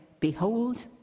Behold